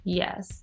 yes